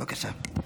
בבקשה.